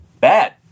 bad